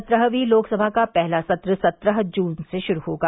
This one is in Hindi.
सत्रहवीं लोकसभा का पहला सत्र सत्रह जून से शुरू होगा